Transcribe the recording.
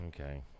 Okay